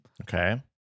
Okay